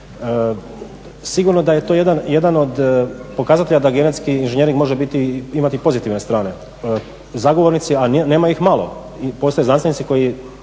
Sigurno da je to jedan od pokazatelja da genetski inženjering može biti i imati pozitivne strane. Zagovornici, a nema ih malo, postoje znanstvenici koji